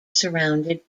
surrounded